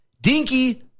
Dinky